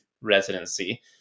residency